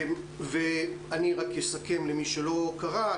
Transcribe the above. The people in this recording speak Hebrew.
אני אסכם למי שלא קרא.